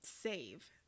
save